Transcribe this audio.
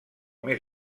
més